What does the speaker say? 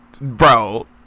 bro